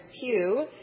pew